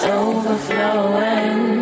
overflowing